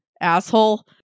asshole